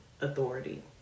authority